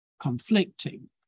conflicting